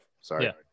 Sorry